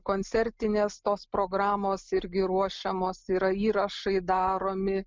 koncertinės tos programos irgi ruošiamos yra įrašai daromi